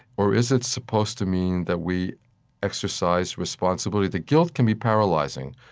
or is it supposed to mean that we exercise responsibility? the guilt can be paralyzing.